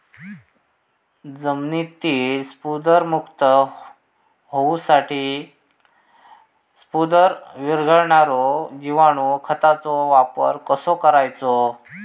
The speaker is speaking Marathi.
जमिनीतील स्फुदरमुक्त होऊसाठीक स्फुदर वीरघळनारो जिवाणू खताचो वापर कसो करायचो?